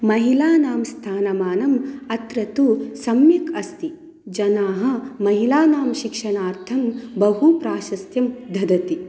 महिलानां स्थानमानम् अत्र तु सम्यक् अस्ति जनाः महिलानां शिक्षणार्थं बहु प्राशस्तिं ददति